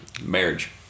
marriage